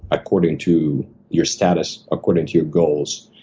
according to your status, according to your goals,